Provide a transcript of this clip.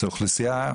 שזו אוכלוסייה,